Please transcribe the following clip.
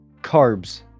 carbs